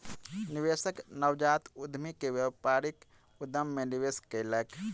निवेशक नवजात उद्यमी के व्यापारिक उद्यम मे निवेश कयलक